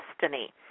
destiny